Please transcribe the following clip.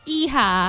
iha